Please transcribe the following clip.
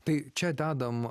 tai čia dedam